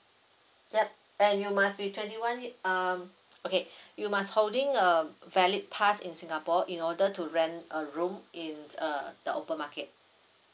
yup and you must be twenty one ye~ um okay you must holding a valid pass in singapore in order to rent a room in uh the open market